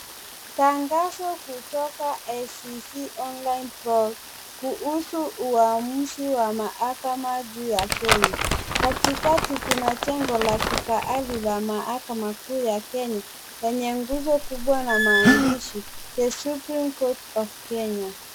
Tangazo kutoka ICC online roll, kuhusu uamuzi wa mahakama juu ya Kenya. Katikati kuna jengo la kifahari la mahakama kuu la Kenya, lenye nguzo kubwa na maandishi the supreme court of Kenya .